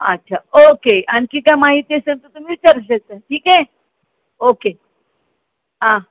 अच्छा ओके आणखी काय माहिती असेल तर तुम्ही विचारू शकता ठीक आहे ओके हां